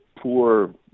poor